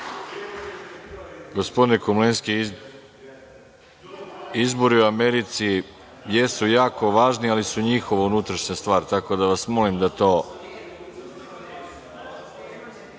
Gospodine Komlenski, izbori u Americi jesu jako važni, ali su njihova unutrašnja stvar, tako da vas molim da to. Otkud